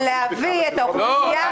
--- לכן ניאלץ להצביע בעד.